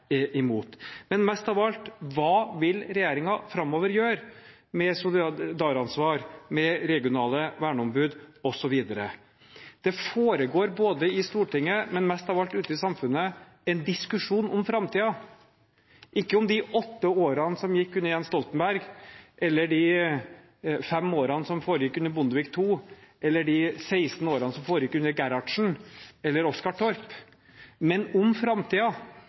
imot? Men mest av alt: Hva vil regjeringen framover gjøre med solidaransvar, med regionale verneombud osv.? Det foregår både i Stortinget og mest av alt ute i samfunnet en diskusjon om framtiden – ikke om de åtte årene som gikk under Jens Stoltenberg, eller de fem årene som gikk under Bondevik II, eller de 16 årene som gikk under Einar Gerhardsen eller Oscar Torp, men om